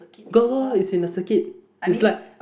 go lor it's in the circuit it's like